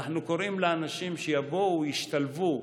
אנחנו קוראים לאנשים שיבואו, ישתלבו.